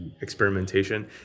experimentation